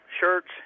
shirts